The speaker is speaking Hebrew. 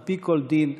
על-פי כל דין,